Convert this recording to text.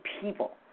people